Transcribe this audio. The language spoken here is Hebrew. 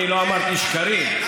אני לא אמרתי שקרים.